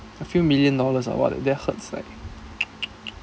a few million dollars or what that hurts like